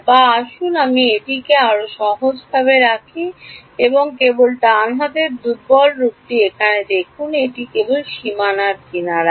বা আসুন আমরা এটি এটিকে আরও সহজ রাখি যাক এখানে কেবল ডান হাতের দুর্বল রূপটি এখানে দেখুন এটি কেবল সীমানার কিনারায়